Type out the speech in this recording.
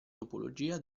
topologia